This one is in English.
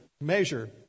measure